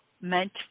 meant